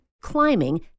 climbing